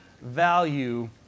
value